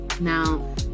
Now